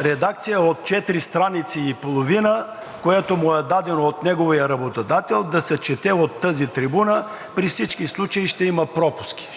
редакция от 4,5 страници, която му е дадена от неговия работодател, да се чете от тази трибуна, при всички случаи ще има пропуски,